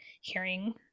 hearing